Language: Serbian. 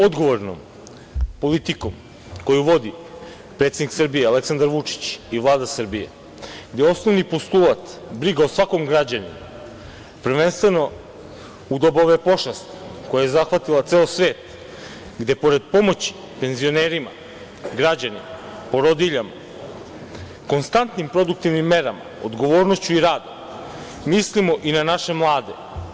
Odgovornom politikom koju vodi predsednik Srbije, Aleksandar Vučić i Vlada Srbije, gde je osnovni postulat briga o svakom građaninu, prvenstveno u doba ove pošasti, koja je zahvatila ceo svet, gde pored pomoći penzionerima, građanima, porodiljama, konstantnim produktivnim merama, odgovornošću i radom mislimo i na naše mlade.